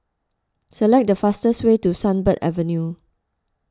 select the fastest way to Sunbird Avenue